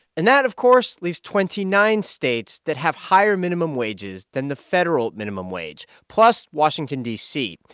and that, of course, leaves twenty nine states that have higher minimum wages than the federal minimum wage plus washington, d c.